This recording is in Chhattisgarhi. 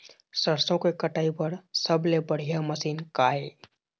सरसों के कटाई बर सबले बढ़िया मशीन का ये?